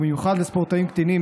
ובמיוחד לספורטאים קטינים,